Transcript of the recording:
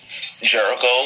Jericho